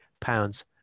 pounds